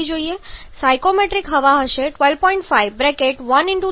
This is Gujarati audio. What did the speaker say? સ્ટોઇકિયોમેટ્રિક હવા હશે 12